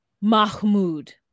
Mahmoud